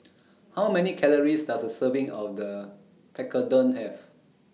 How Many Calories Does A Serving of The Tekkadon Have